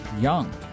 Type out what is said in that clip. young